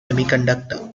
semiconductor